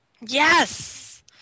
yes